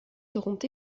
seront